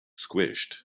squished